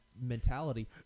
mentality